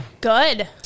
Good